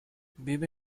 vive